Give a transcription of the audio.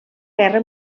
guerra